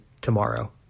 tomorrow